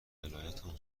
ولایتمون